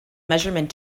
measurement